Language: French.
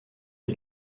est